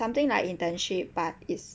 something like internship but it's